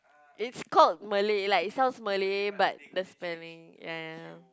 it's called Malay like it sounds Malay but the spelling ya ya ya